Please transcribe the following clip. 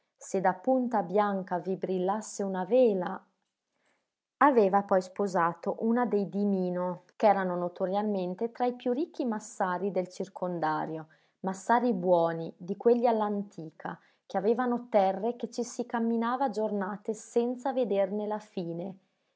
se da punta bianca vi brillasse una vela aveva poi sposato una dei dimìno ch'erano notoriamente tra i più ricchi massari del circondario massari buoni di quelli all'antica che avevano terre che ci si camminava a giornate senza vederne la fine